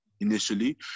initially